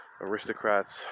aristocrats